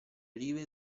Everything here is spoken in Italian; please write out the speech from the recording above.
rive